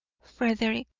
frederick,